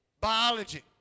biology